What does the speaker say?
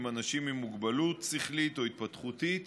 עם אנשים עם מוגבלות שכלית או התפתחותית